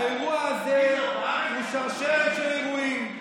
האירוע הזה הוא שרשרת של אירועים,